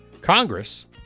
Congress